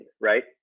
right